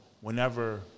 whenever